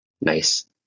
nice